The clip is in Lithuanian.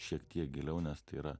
šiek tiek giliau nes tai yra